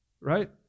right